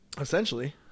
essentially